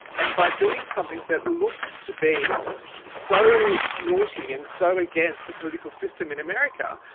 and by doing something that looked to be so naughty and so against the political system in america,